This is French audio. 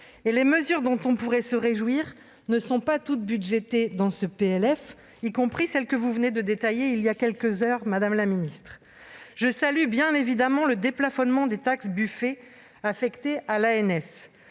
Les mesures dont on pourrait se réjouir ne sont pas toutes budgétées dans ce PLF, y compris celles que vous venez de détailler voilà quelques heures, madame la ministre. Ainsi, si je salue bien évidemment le déplafonnement de la taxe Buffet affectée à l'Agence